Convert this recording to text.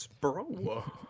bro